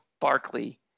Barkley